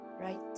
right